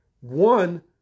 one